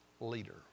leader